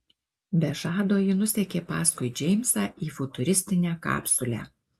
be žado ji nusekė paskui džeimsą į futuristinę kapsulę